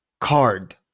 card